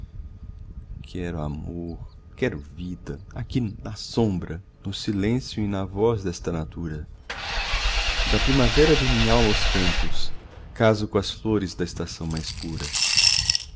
quero amor quero vida aqui na sombra no silêncio e na voz desta natura da primavera de minhalma os cantos caso coas flores da estação mais pura